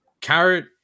Carrot